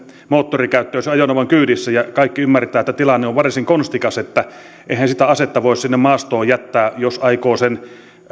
moottorikäyttöisen ajoneuvon kyydissä kaikki ymmärtävät että tilanne on varsin konstikas eihän sitä asetta voi sinne maastoon jättää jos aikoo sen